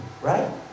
Right